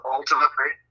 Ultimately